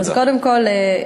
אז קודם כול,